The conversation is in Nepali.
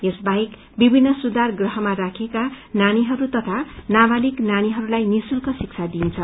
यस बाहेक विभिन्न सुधार गृहमा राखिएको नानीहरू तथा नावालिक नानीहरूलाई निशुल्क शिक्षा दिइन्छ